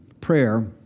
prayer